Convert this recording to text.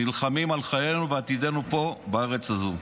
נלחמים על חיינו ועתידנו פה בארץ הזאת.